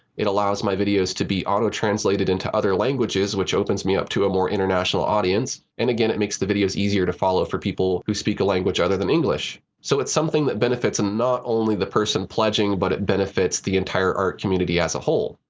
it allows my videos to be auto-translated into other languages, which opens me up to a more international international audience, and again, it makes the videos easier to follow for people who speak a language other than english. so it's something that benefits and not only the person pledging, but it benefits the entire art community as a whole.